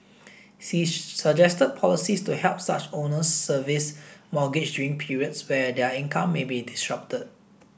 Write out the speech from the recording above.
she suggested policies to help such owners service mortgage during periods where their income may be disrupted